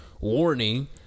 warning